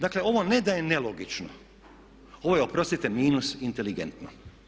Dakle, ovo ne da je nelogično, ovo je oprostite minus inteligentno.